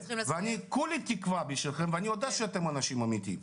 כולי תקווה בשבילכם ואני יודע שאתם אנשים אמיתיים,